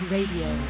Radio